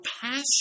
passion